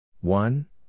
One